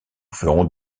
ferons